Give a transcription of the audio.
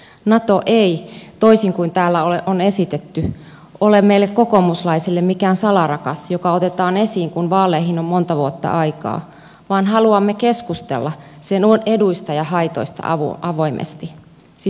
nato ei toisin kuin täällä on esitetty ole meille kokoomuslaisille mikään salarakas joka otetaan esiin kun vaaleihin on monta vuotta aikaa vaan haluamme keskustella sen eduista ja haitoista avoimesti siis keskustella